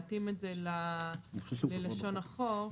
להתאים את זה ללשון החוק,